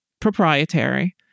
proprietary